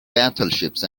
battleships